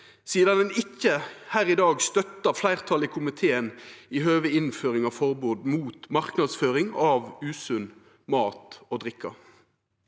sidan ein ikkje her i dag støttar fleirtalet i komiteen i høve til innføring av forbod mot marknadsføring av usunn mat og drikke.